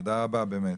תודה רבה באמת.